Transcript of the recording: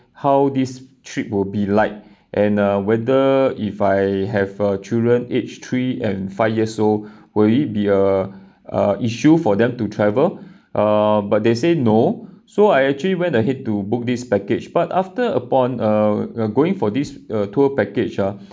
how this trip will be like and uh whether if I have a children aged three and five years old will it be a uh issue for them to travel uh but they say no so I actually went ahead to book this package but after upon uh we're going for this uh tour package ah